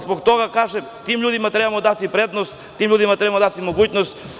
Zbog toga kažem – tim ljudima treba dati prednost, tim ljudima treba dati mogućnost.